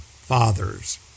fathers